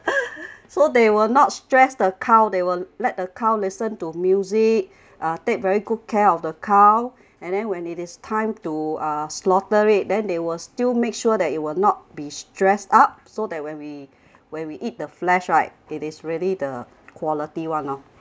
so they will not stressed the cow they will let the cow listen to music uh take very good care of the cow and then when it is time to uh slaughter it then they will still make sure that it will not be stressed up so that when we when we eat the flesh right it is really the quality [one] loh